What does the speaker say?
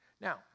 now